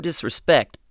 Disrespect